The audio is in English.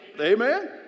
Amen